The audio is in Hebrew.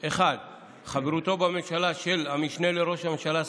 1. חברותו בממשלה של המשנה לראש הממשלה,